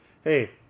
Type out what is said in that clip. hey